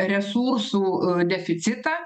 resursų deficitą